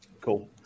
Cool